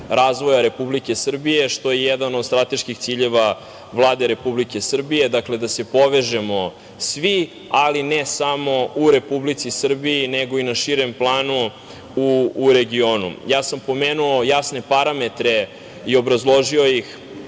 razvoja Republike Srbije, što je jedan od strateških ciljeva Vlade Republike Srbije, da se povežemo svi, ali ne samo u Republici Srbiji, nego i na širem planu u regionu. Ja sam pomenuo jasne parametre i obrazložio ih,